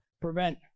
prevent